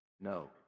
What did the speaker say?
No